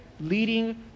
Leading